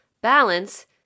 balance